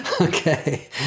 Okay